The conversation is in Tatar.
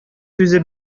сүзе